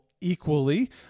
equally